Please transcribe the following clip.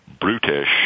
brutish